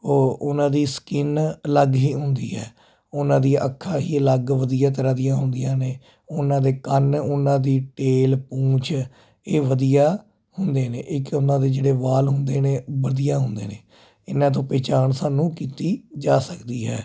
ਉਹ ਉਹਨਾਂ ਦੀ ਸਕਿਨ ਅਲੱਗ ਹੀ ਹੁੰਦੀ ਹੈ ਉਹਨਾਂ ਦੀਆਂ ਅੱਖਾਂ ਹੀ ਅਲੱਗ ਵਧੀਆ ਤਰ੍ਹਾਂ ਦੀਆਂ ਹੁੰਦੀਆਂ ਨੇ ਉਹਨਾਂ ਦੇ ਕੰਨ ਉਹਨਾਂ ਦੀ ਟੇਲ ਪੂੰਛ ਇਹ ਵਧੀਆ ਹੁੰਦੇ ਨੇ ਇੱਕ ਉਹਨਾਂ ਦੇ ਜਿਹੜੇ ਵਾਲ ਹੁੰਦੇ ਨੇ ਵਧੀਆ ਹੁੰਦੇ ਨੇ ਇਹਨਾਂ ਤੋਂ ਪਹਿਚਾਣ ਸਾਨੂੰ ਕੀਤੀ ਜਾ ਸਕਦੀ ਹੈ